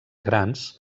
grans